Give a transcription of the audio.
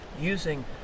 using